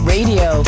Radio